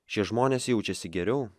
šie žmonės jaučiasi geriau